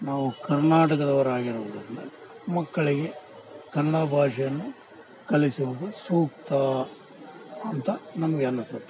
ನಾವು ಕರ್ನಾಟಕದವ್ರು ಆಗಿರುವುದರಿಂದ ಮಕ್ಕಳಿಗೆ ಕನ್ನಡ ಭಾಷೆಯನ್ನು ಕಲಿಸುವುದು ಸೂಕ್ತ ಅಂತ ನನಗೆ ಅನಸತ್